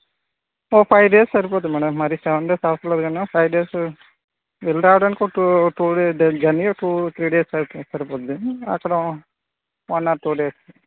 ఓ five days సరిపోద్ది madam మరి seven days అవసరం లేదు కానీ ఒక ఫైవ్ డేస్ వెళ్ళి రావడానికి ఒక టూ టూ డేస్ జర్నీ ఏ ఓ టూ త్రీ డేస్ సరి సరిపొద్దండి అక్కడ వన్ ఆర్ టూ డేస్